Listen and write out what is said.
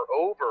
over